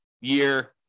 year